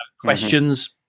questions